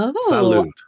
salute